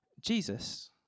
Jesus